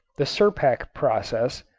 the serpek process,